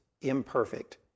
imperfect